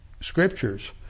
scriptures